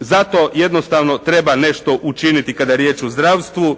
Zato jednostavno treba nešto učiniti kada je riječ o zdravstvu.